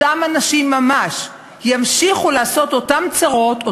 אותם אנשים ממש ימשיכו לעשות אותן צרות,